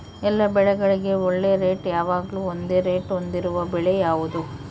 ಎಲ್ಲ ಬೆಳೆಗಳಿಗೆ ಒಳ್ಳೆ ರೇಟ್ ಯಾವಾಗ್ಲೂ ಒಂದೇ ರೇಟ್ ಹೊಂದಿರುವ ಬೆಳೆ ಯಾವುದು?